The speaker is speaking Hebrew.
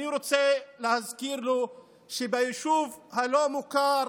אני רוצה להזכיר לו שביישוב הלא-מוכר